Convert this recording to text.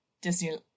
Disney